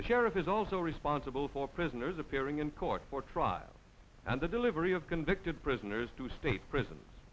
the sheriff is also responsible for prisoners appearing in court for trial and the delivery of convicted prisoners to state prisons